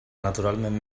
naturalment